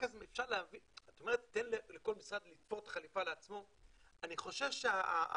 את אומרת שכל משרד יתפור את החליפה לעצמו אבל אני חושש החייטים